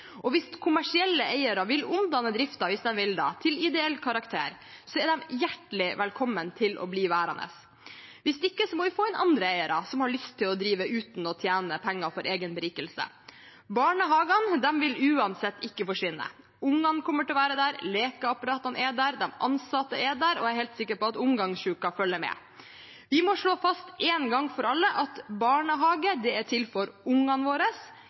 Hvis kommersielle eiere vil omdanne driften til ideell karakter, er de hjertelig velkomne til å bli værende. Hvis ikke må vi få inn andre eiere, som har lyst til å drive uten å tjene penger til egen berikelse. Barnehagene vil uansett ikke forsvinne. Barna kommer til å være der, lekeapparatene er der, de ansatte er der, og jeg er helt sikker på at omgangssyken følger med. Vi må slå fast én gang for alle at barnehagen er til for ungene våre,